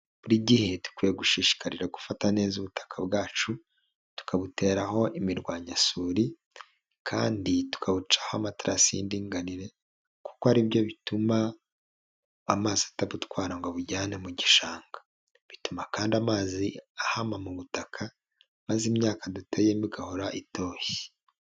Buri gihe dukwiye gushishikarira gufata neza ubutaka bwacu, tukabuteraho imirwanyasuri kandi tukabucaho amatarasi y'indinganire kuko ari byo bituma amazi atabutwara ngo abujyane mu gishanga, bituma kandi amazi ahama mu butaka maze imyaka duteyemo igahora itoshye.